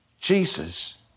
Jesus